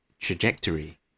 trajectory